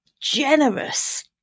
generous